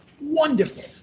wonderful